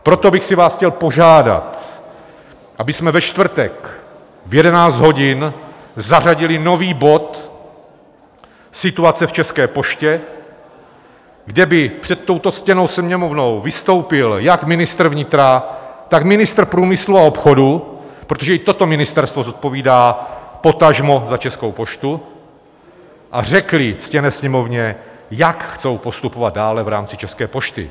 Proto bych vás chtěl požádat, abychom ve čtvrtek v 11 hodin zařadili nový bod Situace v České poště, kde by před touto ctěnou Sněmovnou vystoupil jak ministr vnitra, tak ministr průmyslu obchodu, protože i toto ministerstvo zodpovídá potažmo za Českou poštu, a řekli ctěné Sněmovně, jak chtějí postupovat dále v rámci České pošty.